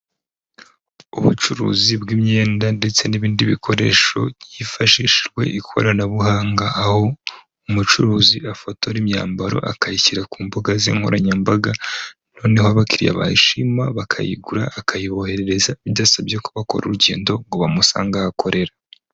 Ubucuruzi bw'imyenda ndetse n'ibindi bikoresho hifashishijwe ikoranabuhanga, aho umucuruzi afotora imyambaro akayishyira ku mbuga ze nkoranyambaga noneho abakiriya bayishima bakayigura akayiboherereza, bidasabye ko bakora urugendo ngo bamusange ahakorera.